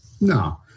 no